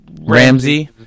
Ramsey